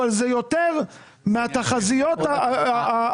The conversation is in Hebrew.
אבל זה יותר מהתחזיות המקדימות.